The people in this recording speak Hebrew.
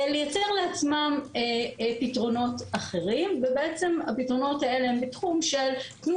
לייצר לעצמם פתרונות אחרים ובעצם הפתרונות האלה הם בתחום של "תנו